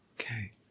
Okay